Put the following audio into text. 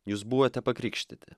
jūs buvote pakrikštyti